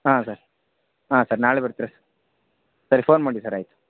ಹಾಂ ಸರ್ ಹಾಂ ಸರ್ ನಾಳೆ ಬರ್ತೀರಾ ಸರಿ ಫೋನ್ ಮಾಡಿ ಸರ್ ಆಯಿತು